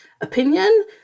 opinion